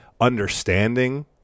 understanding